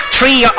Three